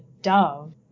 dove